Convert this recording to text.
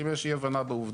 אם יש אי הבנה בעובדות